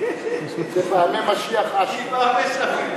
זה פעמי משיח אשכרה.